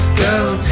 girl